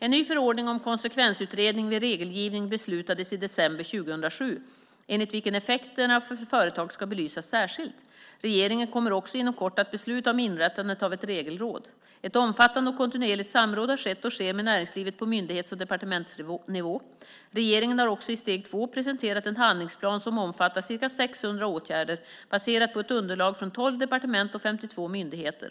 En ny förordning om konsekvensutredning vid regelgivning beslutades i december 2007, enligt vilken effekterna för företag ska belysas särskilt. Regeringen kommer också inom kort att besluta om inrättandet av ett regelråd. Ett omfattande och kontinuerligt samråd har skett och sker med näringslivet på myndighets och departementsnivå. Regeringen har också i två steg presenterat en handlingsplan som omfattar ca 600 åtgärder, baserat på ett underlag från 12 departement och 52 myndigheter.